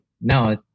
no